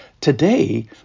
today